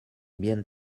bien